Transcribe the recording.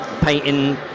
painting